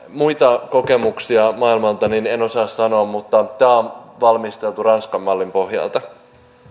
muita kokemuksia maailmalta en osaa sanoa mutta tämä on valmisteltu ranskan mallin pohjalta